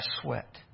sweat